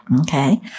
okay